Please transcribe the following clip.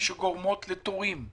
שגורמות לתורים,